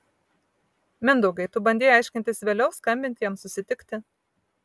mindaugai tu bandei aiškintis vėliau skambinti jam susitikti